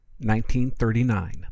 1939